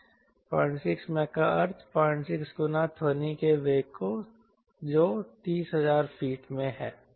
06 Mach का अर्थ 06 गुना ध्वनि के वेग जो 30000 फीट में है